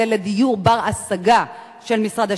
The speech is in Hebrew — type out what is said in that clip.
זה דיור בר-השגה של משרד השיכון.